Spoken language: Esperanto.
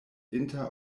inter